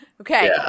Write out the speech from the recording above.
Okay